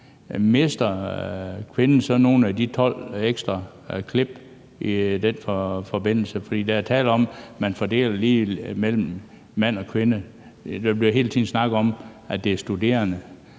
mister kvinden så nogen af de 12 ekstra klip i den forbindelse? For der er tale om, at man fordeler det ligeligt mellem mand og kvinde. Der bliver hele tiden snakket om, at det er studerende,